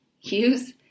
use